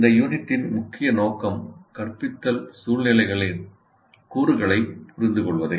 இந்த யூனிட்டின் முக்கிய நோக்கம் கற்பித்தல் சூழ்நிலைகளின் கூறுகளை புரிந்து கொள்வதே